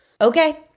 Okay